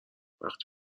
وقتی